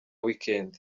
weekend